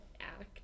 act